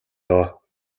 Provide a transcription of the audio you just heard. доо